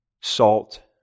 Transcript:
salt